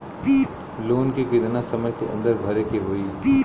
Loan के कितना समय के अंदर भरे के होई?